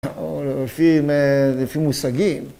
‫או לפי מושגים.